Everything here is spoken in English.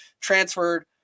transferred